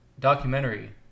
documentary